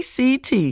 ACT